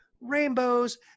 rainbows